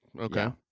Okay